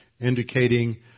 indicating